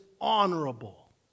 honorable